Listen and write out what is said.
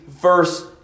first